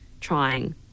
trying